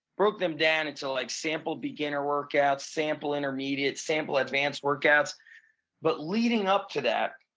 broke them down into like sample beginner workouts, sample intermediate, sample advance workouts but leading up to that,